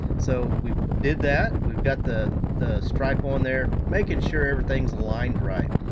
so we did that. we've got the the stripe on there, making sure everything's aligned right.